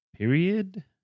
Period